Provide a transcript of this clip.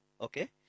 Okay